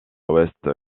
west